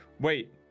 Wait